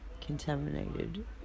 contaminated